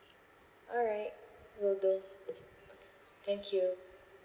alright will do okay thank you